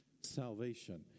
salvation